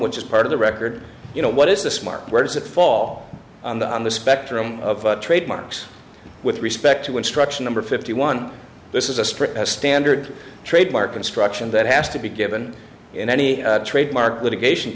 which is part of the record you know what is this mark where does it fall on the on the spectrum of trademarks with respect to instruction number fifty one this is a sprint a standard trademark instruction that has to be given in any trademark litigation